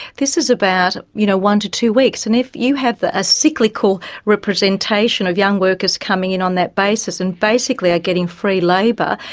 this is about you know one to two weeks, and if you have a cyclical representation of young workers coming in on that basis and basically are getting free labour,